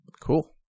Cool